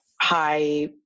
high